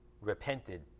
repented